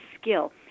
skill